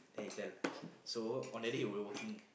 then he tell so on that day we were working